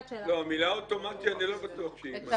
המילה אוטומטית, אני לא בטוח שהיא מתאימה.